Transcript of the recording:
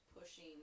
pushing